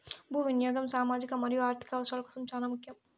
భూ వినియాగం సామాజిక మరియు ఆర్ధిక అవసరాల కోసం చానా ముఖ్యం